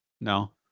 No